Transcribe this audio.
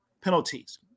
penalties